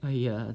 !aiya!